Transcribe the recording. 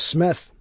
Smith